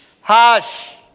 hush